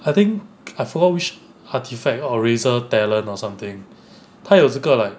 I think I forgot which artefact or razor talent or something 他有这个 like